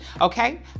Okay